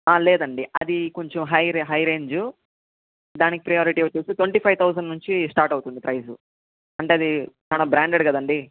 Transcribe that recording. లేదండి అది కొంచం హై రే హై రేంజు దానికి ప్రియారిటి వచ్చేసి ట్వంటీ ఫైవ్ థౌజండ్ నుంచి స్టార్ట్ అవుతుంది ప్రైసు అంటే అది చాలా బ్రాండెడ్ కదండి